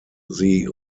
sie